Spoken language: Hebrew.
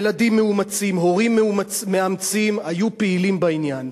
ילדים מאומצים, הורים מאמצים, היו פעילים בעניין.